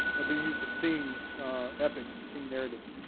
and being used to sing epics, to sing narratives.